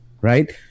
right